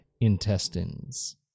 intestines